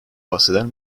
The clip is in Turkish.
bahseder